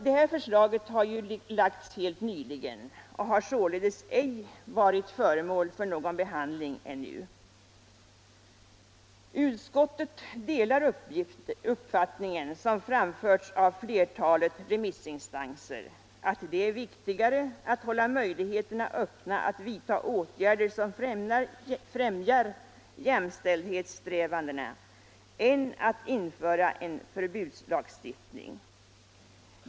Det här förslaget har framlagts helt nyligen, och det har således ej varit föremål för någon behandling ännu. Utskottet delar den uppfattning som framförts av flertalet remissinstanser, att det är viktigare att hålla möjligheterna öppna att vidta åtgärder som främjar jämlikhetssträvandena än att införa en förbudslagstiftning.